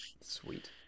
Sweet